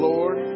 Lord